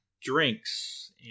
drinks